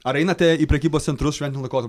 ar einate į prekybos centrus šventiniu laikotarpiu